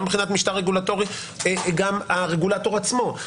גם מבחינת משטר רגולטורי גם הרגולטור עצמו,